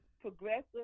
progressive